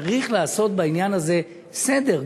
צריך לעשות בעניין הזה סדר.